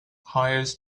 hires